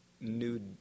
new